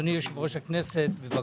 אדוני יושב-ראש הכנסת, בבקשה.